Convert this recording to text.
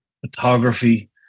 photography